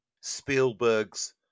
Spielberg's